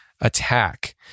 attack